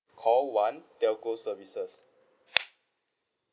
call one telco services